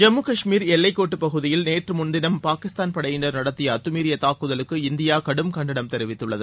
ஜம்மு கஷ்மீர் எல்லைக்கோட்டுப் பகுதியில் நேற்று முன் தினம் பாகிஸ்தான் படையினர் நடத்திய அத்துமீறிய தாக்குதலுக்கு இந்தியா கடும் கண்டனம் தெரிவித்துள்ளது